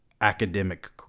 academic